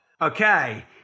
Okay